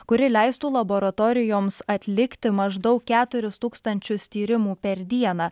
kuri leistų laboratorijoms atlikti maždaug keturis tūkstančius tyrimų per dieną